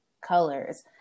colors